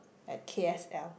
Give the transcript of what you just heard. at K_S_L